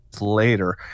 later